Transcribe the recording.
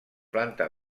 planta